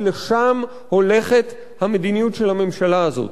כי לשם הולכת המדיניות של הממשלה הזאת.